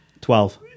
Twelve